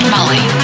Molly